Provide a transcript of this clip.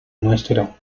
nuestro